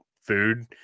food